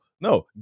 no